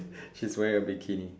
she's wearing a bikini